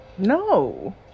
No